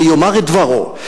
שיאמר את דברו,